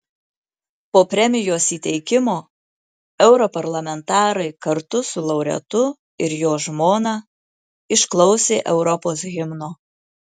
po premijos įteikimo europarlamentarai kartu su laureatu ir jo žmona išklausė europos himno